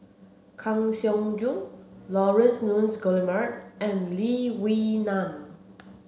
Kang Siong Joo Laurence Nunns Guillemard and Lee Wee Nam